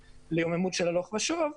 ליום יומיות של הלוך ושוב,